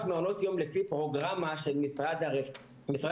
מעונות יום לפי פרוגרמה של משרד הרווחה.